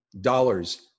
Dollars